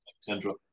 central